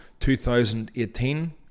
2018